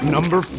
Number